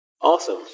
Awesome